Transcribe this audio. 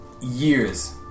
years